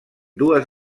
dues